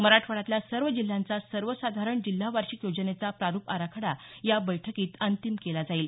मराठवाड्यातल्या सर्व जिल्ह्यांचा सर्वसाधारण जिल्हा वार्षिक योजनेचा प्रारूप आराखडा या बैठकीत अंतिम केला जाईल